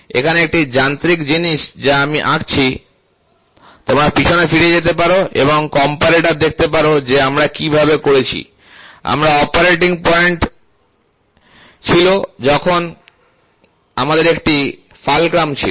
এখানে একটি যান্ত্রিক জিনিস যা আমি আঁকছি তোমরা পিছনে ফিরে যেতে পার এবং কম্পারেটর দেখতে পার যে আমরা কীভাবে করেছি আমাদের অপারেটিং পয়েন্ট ছিল তখন আমাদের একটি ফালক্রাম ছিল